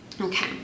Okay